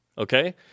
Okay